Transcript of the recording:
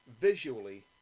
Visually